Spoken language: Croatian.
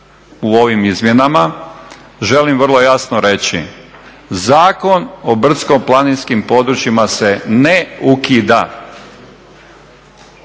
u ovim izmjenama želim vrlo jasno reći Zakon o brdsko-planinskim područjima se ne ukida,